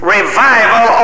Revival